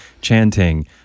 chanting